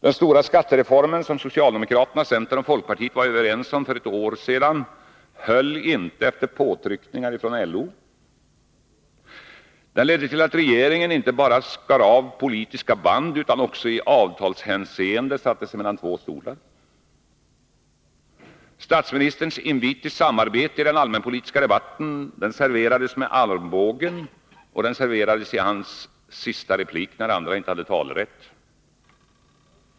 Den stora skattereform som socialdemokraterna, centern och folkpartiet var överens om för ett år sedan höll inte efter påtryckningar från LO. Det ledde till att regeringen inte bara skar av politiska band utan också i avtalshänseende satte sig mellan två stolar. Statsministerns invit till samarbete i den allmänpolitiska debatten serverades med armbågen, och i hans sista replik, när andra inte hade talerätt.